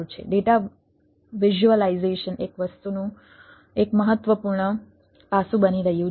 data visualisation એ વસ્તુનું એક મહત્વપૂર્ણ પાસું બની રહ્યું છે